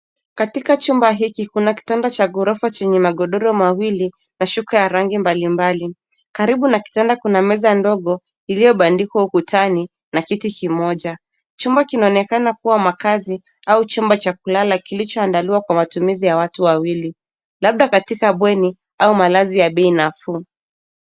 Katika chumba hiki, kuna kitanda cha ghorofa chenye magodoro mawili na shuka ya rangi mbalimbali. Karibu na kitanda kuna meza ndogo iliyo bandikwa ukutani na kiti kimoja. Chumba kinaonekana kuwa makazi au chumba cha kulala kilicho andaliwa kwa matumizi ya watu Wawili labda katika bweni au malazi ya beina fuu.